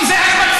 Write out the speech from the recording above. כי זה השמצה.